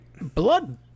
blood